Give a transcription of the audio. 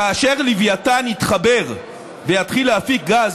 כאשר לווייתן יתחבר ויתחיל להפיק גז,